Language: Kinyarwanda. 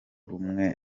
rumwe